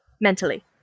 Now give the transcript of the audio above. mentally